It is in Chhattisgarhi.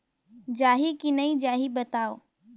जाही की नइ जाही बताव?